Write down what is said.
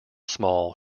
small